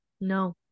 no